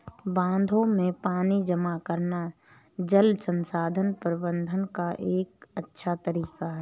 बांधों में पानी जमा करना जल संसाधन प्रबंधन का एक अच्छा तरीका है